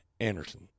Anderson